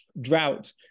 drought